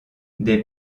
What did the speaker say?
des